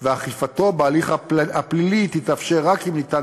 ואכיפתה בהליך פלילי תתאפשר רק אם ניתן